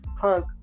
Punk